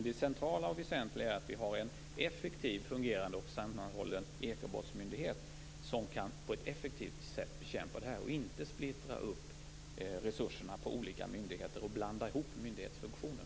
Det centrala och väsentliga är att vi har en effektiv, fungerande och sammanhållen ekobrottsmyndighet som på ett effektivt sätt kan bekämpa det här, och att vi inte splittrar upp resurserna på olika myndigheter och blandar ihop myndighetsfunktionen.